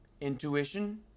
Intuition